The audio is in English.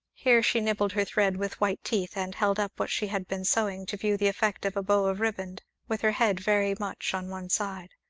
here she nibbled her thread with white teeth, and held up what she had been sewing to view the effect of a bow of riband, with her head very much on one side.